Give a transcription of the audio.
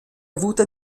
avuta